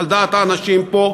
על דעת האנשים פה,